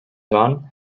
joan